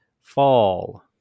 Fall